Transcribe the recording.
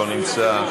לא נמצא,